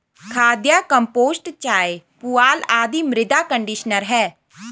खाद, कंपोस्ट चाय, पुआल आदि मृदा कंडीशनर है